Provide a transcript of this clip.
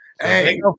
Hey